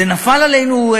זה נפל עלינו,